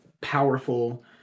powerful